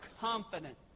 confident